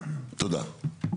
אתה המצאת